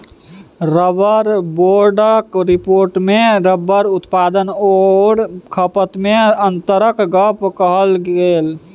rubber बोर्डक रिपोर्टमे rubber उत्पादन आओर खपतमे अन्तरक गप कहल गेल